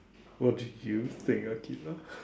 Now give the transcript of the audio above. what do you think Aqilah